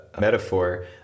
metaphor